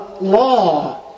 law